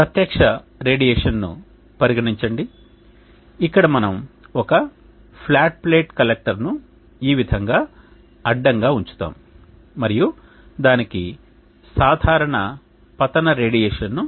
ప్రత్యక్ష రేడియేషన్ను పరిగణించండి ఇక్కడ మనము ఒక ఫ్లాట్ ప్లేట్ కలెక్టర్ను ఈ విధంగా అడ్డంగా ఉంచుతాము మరియు దానికి సాధారణ పతన రేడియేషన్ను పరిగణిస్తాము